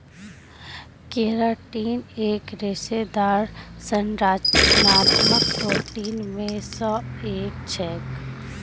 keratin एक रेशेदार संरचनात्मक प्रोटीन मे स एक छेक